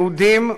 יהודים,